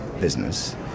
business